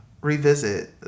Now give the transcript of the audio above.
revisit